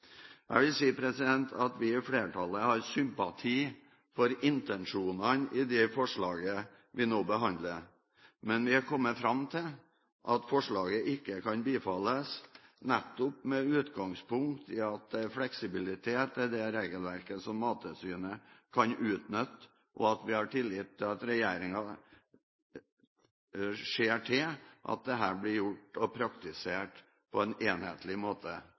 Jeg vil si at vi i flertallet har sympati for intensjonene i det forslaget vi nå behandler, men vi har kommet fram til at forslaget ikke kan bifalles nettopp med utgangspunkt i at det er fleksibilitet i dette regelverket som Mattilsynet kan utnytte, og vi har tillit til at regjeringen ser til at dette blir gjort og praktisert på en enhetlig måte